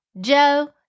Joe